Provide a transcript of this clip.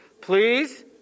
Please